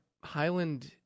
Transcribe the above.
Highland